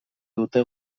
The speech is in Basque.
dute